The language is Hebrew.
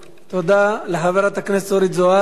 תודה לחברת הכנסת אורית זוארץ.